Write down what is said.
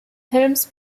helms